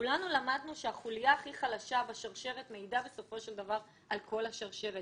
כולנו למדנו שהחוליה הכי חלשה בשרשרת מעידה בסופו של דבר על כל השרשרת.